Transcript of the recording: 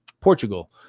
portugal